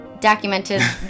documented